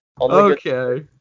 Okay